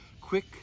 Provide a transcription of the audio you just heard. quick